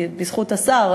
בזכות השר,